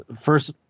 first